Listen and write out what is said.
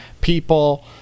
people